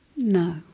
No